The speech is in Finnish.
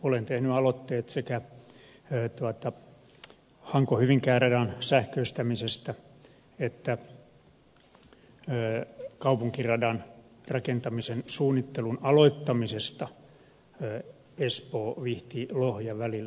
olen tehnyt aloitteet sekä hankohyvinkää radan sähköistämisestä että kaupunkiradan rakentamisen suunnittelun aloittamisesta espoovihtilohja välillä